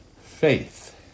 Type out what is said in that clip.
Faith